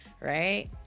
right